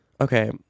Okay